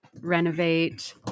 renovate